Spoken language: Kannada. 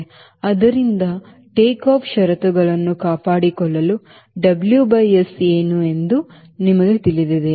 ಆದ್ದರಿಂದ ಟೇಕ್ ಆಫ್ ಷರತ್ತುಗಳನ್ನು ಕಾಪಾಡಿಕೊಳ್ಳಲು WS ಏನು ಎಂದು ನಿಮಗೆ ತಿಳಿದಿದೆ